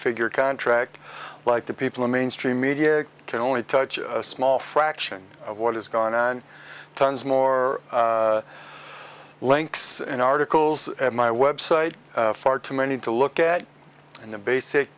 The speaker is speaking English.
figure contract like the people in mainstream media can only touch a small fraction of what is going on tons more links and articles at my website far too many to look at and the basic